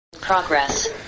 Progress